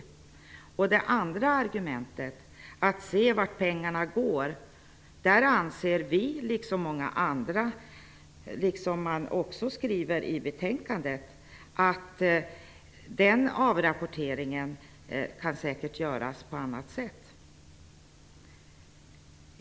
När det gäller det andra argumentet, att man skall se vart pengarna går, anser vi, liksom många andra, att avrapporteringen säkert kan göras på annat sätt. Det skriver man också i betänkandet.